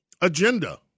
agenda